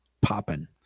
popping